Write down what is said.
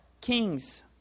kings